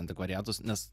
antikvariatus nes